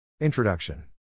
Introduction